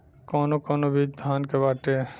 कौन कौन बिज धान के बाटे?